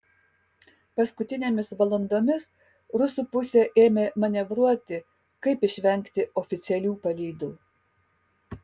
paskutinėmis valandomis rusų pusė ėmė manevruoti kaip išvengti oficialių palydų